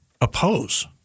oppose